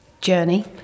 journey